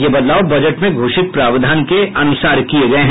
ये बदलाव बजट में घोषित प्रावधान के अनुसार किये जा रहे हैं